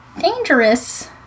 dangerous